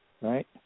right